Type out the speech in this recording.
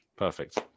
Perfect